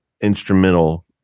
instrumental